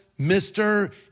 Mr